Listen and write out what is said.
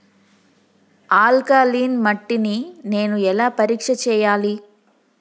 Alkaline మట్టి ని నేను ఎలా పరీక్ష చేయాలి?